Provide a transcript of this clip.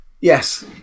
Yes